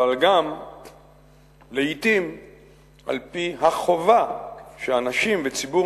אלא גם לעתים על-פי החובה שאנשים בציבור